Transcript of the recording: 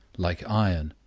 like iron,